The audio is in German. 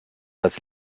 das